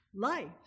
Life